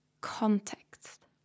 context